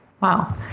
wow